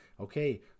okay